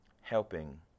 helping